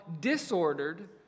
disordered